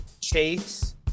Chase